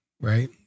right